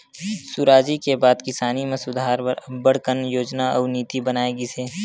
सुराजी के बाद किसानी म सुधार बर अब्बड़ कन योजना अउ नीति बनाए गिस हे